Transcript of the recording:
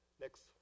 Next